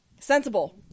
Sensible